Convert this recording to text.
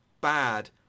bad